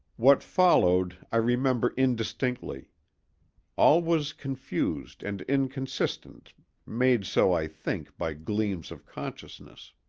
what followed, i remember indistinctly all was confused and inconsistent made so, i think, by gleams of consciousness.